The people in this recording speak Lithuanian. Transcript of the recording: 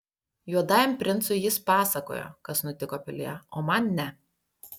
juodajam princui jis pasakojo kas nutiko pilyje o man ne